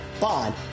bond